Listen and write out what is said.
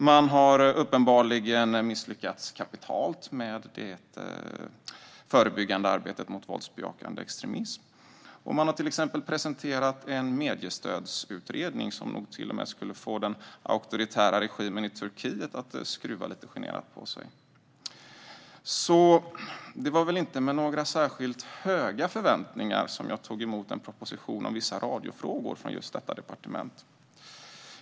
Man har uppenbarligen misslyckats kapitalt med det förebyggande arbetet mot våldsbejakande extremism, och man har till exempel presenterat en mediestödsutredning som nog till och med skulle få den auktoritära regimen i Turkiet att skruva lite generat på sig. Det var väl därför inte med några särskilt höga förväntningar jag tog emot en proposition om vissa radiofrågor från just detta departement.